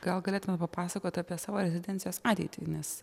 gal galėtumėt papasakoti apie savo rezidencijos ateitį nes